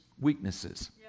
weaknesses